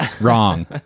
Wrong